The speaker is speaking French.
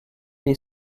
est